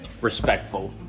respectful